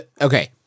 Okay